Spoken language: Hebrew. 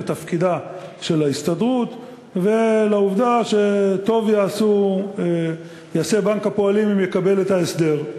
לתפקידה של ההסתדרות ולעובדה שטוב יעשה בנק הפועלים אם יקבל את ההסדר.